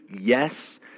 yes